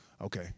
Okay